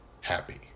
happy